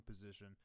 position